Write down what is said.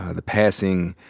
ah the passing,